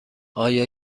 آیا